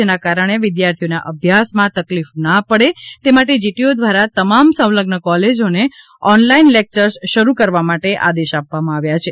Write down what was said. જેના કારણે વિદ્યાર્થીઓના અભ્યાસમાં તકલીફ ના પડે તે માટે જીટીયુ દ્વારા તમામ સંલઝ્ન કોલેજને ઓનલાઈન લેક્ચર્સ શરૂ કરવા માટે આદેશ આપવામાં આવ્યા છે